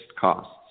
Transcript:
costs